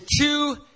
two